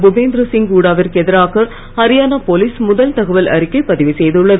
புபேந்திர சிங் ஹுடாவிற்கு எதிராக ஹரியானா போலீஸ் முதல் தகவல் அறிக்கை பதிவு செய்துள்ளது